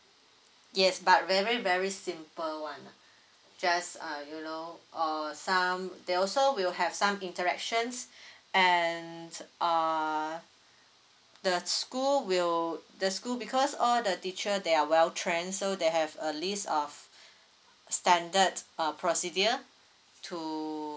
yes but very very simple one lah just uh you know uh some they also will have some interactions and err the school will the school because all the teacher they are well trained so they have a list of standard uh procedure to